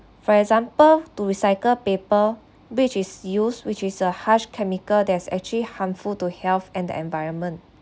for example to recycle paper which is used which is a harsh chemical there's actually harmful to health and the environment